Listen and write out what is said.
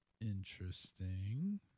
Interesting